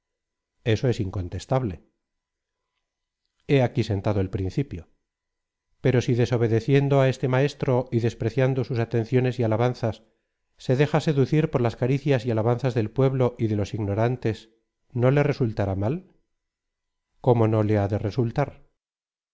eso es incontestable he aquí sentado el principio pero si desobedeciendo á este maestro y despreciando sus atenciones y alabanzas se deja seducir por las caricias y alabanzas del pueblo y de los ignorantes no le resultará mal cómo no le ha de resultar